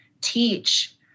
teach